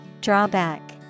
Drawback